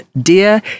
Dear